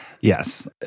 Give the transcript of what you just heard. Yes